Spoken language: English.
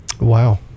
Wow